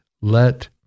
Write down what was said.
let